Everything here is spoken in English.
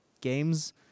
games